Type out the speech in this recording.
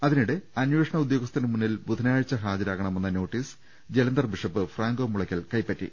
അതിനിടെ അന്വേഷണ ഉദ്യോ ഗസ്ഥന് മുന്നിൽ ബുധനാഴ്ച ഹാജരാകണമെന്ന notice Jalandhar bishop Franco Mulakkal കൈപ്പറ്റി